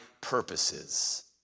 purposes